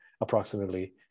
approximately